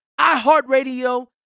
iHeartRadio